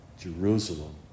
Jerusalem